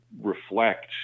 reflect